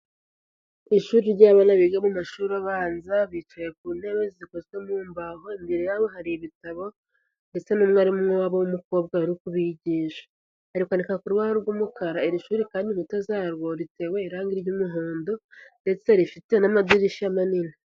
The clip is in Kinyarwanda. Ishuri ry'abana biga mu mashuri abanza, bicaye ku ntebe zikozwe mu mbaho, imbere yabo hari ibitabo, ndetse n'umwarimu wabo w'umukobwa uri kubigisha ari kwandika ku rubara rw'umukara. Iri shuri kandi inkuta zarwo ritewe irangi ry'umuhondo ndetse rifite n'amadirishya manini.